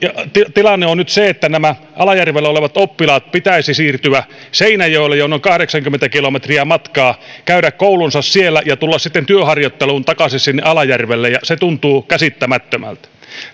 tilanne on nyt se että näiden alajärvellä olevien oppilaiden pitäisi siirtyä seinäjoelle jonne on kahdeksankymmentä kilometriä matkaa käydä koulunsa siellä ja tulla sitten työharjoitteluun takaisin sinne alajärvelle ja se tuntuu käsittämättömältä